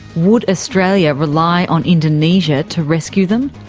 would australia rely on indonesia to rescue them?